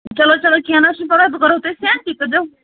چلو چلو کیٚنٛہہ نہ حظ چھُنہٕ پَرواے بہٕ کَرہو تۄہہِ سٮ۪نٛڈ تُہۍ کٔرزیٚو